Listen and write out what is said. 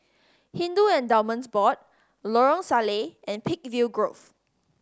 Hindu Endowments Board Lorong Salleh and Peakville Grove